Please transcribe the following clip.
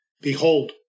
Behold